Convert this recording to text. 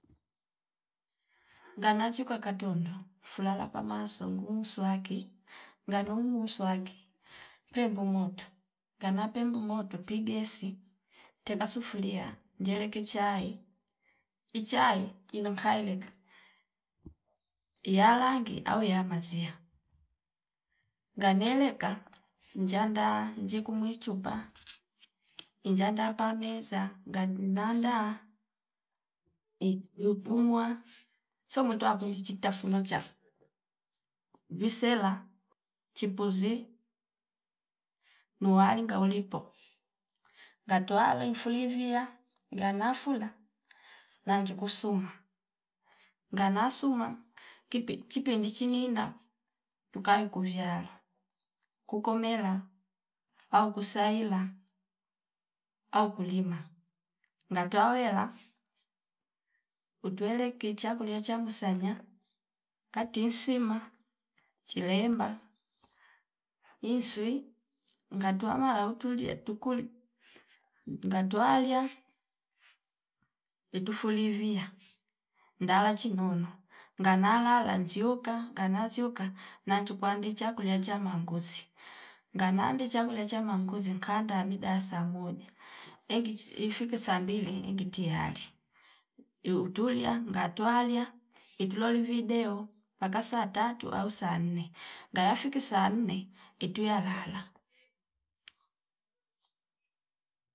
Ngana chikwe katondoo fulala pamaso ngum mswaki nganuumu muswaki pembu moto ngana pembu mioto pigesi tela sufulia njeleke chai ichai ilo nkaeleka iyalangi au ya maziya ngane eleka njanda nzjiku mwii chupa injanda pamesa ngan naandaa it yutumwa so mwitwa akundichi chitafuno chaf visela chipuzi nuwa ngaulipo ngatowale lemfulivia ngana fula manju kusuma nganasuma kipi chipindi chinina tukayo kuvyla kukomela au kusaila au kulima ngata wawela utwele kichakulia chamusanya kati insima chilemba isnwi ngatu wamala utulie tukuli ngatuwalia itufulivia ndala chinono nganalala nzioka ngana zioka nanju kwandicha kulia chama ngusi ngana nde chagulia chama nkunzi nkanda mida ya saa moja engechi ifike saa mbili ingi tiyali iyu tulia ngatwalia ituloli video paka saa tatu au saa nne ngaya fiki saa nne itu yalala